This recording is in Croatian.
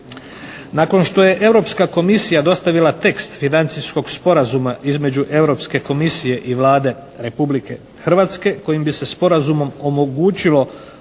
Nakon što je Europska Komisija dostavila tekst financijskog sporazuma između Europske Komisije i Vlade Republike Hrvatske kojim bi se sporazumom omogućilo oslobađanje